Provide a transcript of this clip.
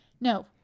No